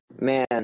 Man